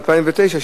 ב-2009,